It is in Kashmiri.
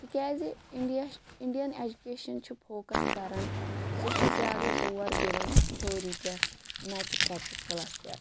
تِکیازِ اِنڈیا اِنڈیَن ایٚجُکیشَن چھ پھوکَس کَران سُہ چھُ زیادٕ زور دِوان تھیوری پیٹھ نہَ کہِ پریٚکٹِکَلَس پیٹھ